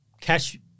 cash